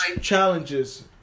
Challenges